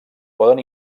poden